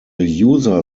user